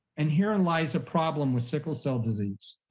and here and lies a problem with sickle cell disease.